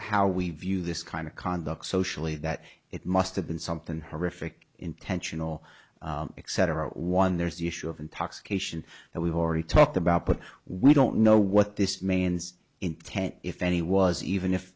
how we view this kind of conduct socially that it must have been something horrific intentional except for one there's the issue of intoxication that we've already talked about but we don't know what this man's intent if any was even if